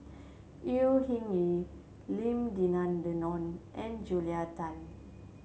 Au Hing Yee Lim Denan Denon and Julia Tan